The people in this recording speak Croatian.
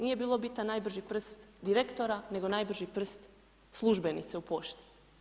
Nije bio bitan najbrži prst direktora nego najbrži prst službenice u pošti.